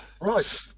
Right